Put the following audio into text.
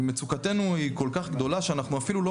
מצוקתנו היא כל כך גדולה שאני אפילו לא